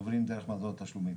שעוברים דרך מדור תשלומים.